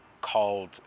called